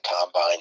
Combine